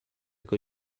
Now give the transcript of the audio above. con